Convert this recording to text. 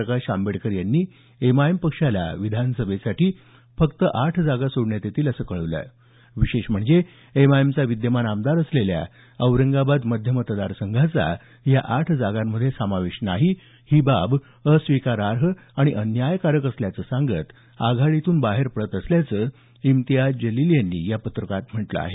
प्रकाश आंबेडकर यांनी एमआयएम पक्षाला विधानसभेसाठी केवळ आठ जागा सोडण्यात येतील असं कळवलं विशेष म्हणजे एमआयएमचा विद्यमान आमदार असलेल्या औरंगाबाद मध्य मतदारसंघाचा या आठ जागांमध्ये समावेश नाही ही बाब अस्वीकारार्ह आणि अन्यायकारक असल्याचं सांगत आघाडीतून बाहेर पडत असल्याचं इम्तियाज जलील यांनी या पत्रकात म्हटलं आहे